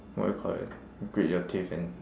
what do you call that grit your teeth and